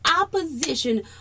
opposition